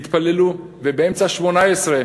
התפללו ובאמצע השמונה-עשרה,